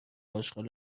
اشغال